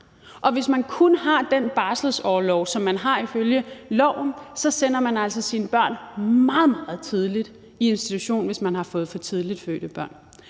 og hvis man kun har den barselsorlov, som man har ifølge loven, så sender man altså sine børn meget, meget tidligt i institution, hvis man har fået for tidligt fødte børn.